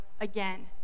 again